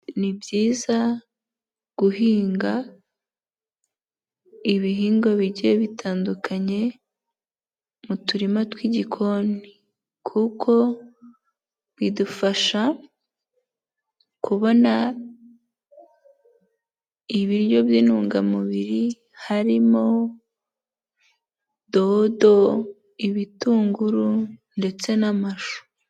Ni byiza guhinga ibihingwa bicye bitandukanye, mu turima tw'igikoni. Kuko bidufasha kubona, ibiryo by'intungamubiri harimo dodo, ibitunguru, ndetse n'amashu.